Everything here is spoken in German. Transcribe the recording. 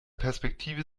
perspektive